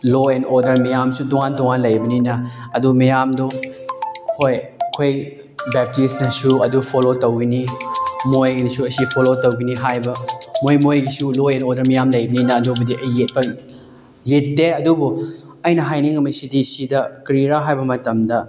low and order ꯃꯌꯥꯝꯁꯨ ꯇꯣꯉꯥꯟ ꯇꯣꯉꯥꯟ ꯂꯩꯕꯅꯤꯅ ꯑꯗꯨ ꯃꯌꯥꯝꯗꯣ ꯍꯣꯏ ꯑꯩꯈꯣꯏ ꯕꯦꯞꯇꯤꯁꯅꯁꯨ ꯑꯗꯨ ꯐꯣꯜꯂꯣ ꯇꯧꯒꯅꯤ ꯃꯣꯏꯅꯁꯨ ꯑꯁꯤ ꯐꯣꯜꯂꯣ ꯇꯧꯒꯅꯤ ꯍꯥꯏꯕ ꯃꯣꯏ ꯃꯣꯏꯒꯤꯁꯨ ꯂꯣ ꯑꯦꯟ ꯑꯣꯔꯗꯔ ꯃꯌꯥꯝ ꯂꯩꯕꯅꯤꯅ ꯑꯗꯨꯕꯨꯗꯤ ꯑꯩ ꯌꯦꯠꯄ ꯌꯦꯠꯇꯦ ꯑꯗꯨꯕꯨ ꯑꯩꯅ ꯍꯥꯏꯅꯤꯡꯉꯤꯕꯁꯤꯗꯤ ꯁꯤꯗ ꯀꯔꯤꯔꯥ ꯍꯥꯏꯕ ꯃꯇꯝꯗ